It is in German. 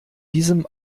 diesem